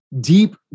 deep